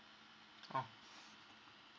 oh